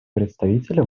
представителя